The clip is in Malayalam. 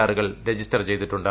ആറുകൾ രജിസ്റ്റർ ചെയ്തിട്ടുണ്ട്